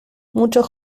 muchos